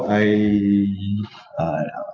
I uh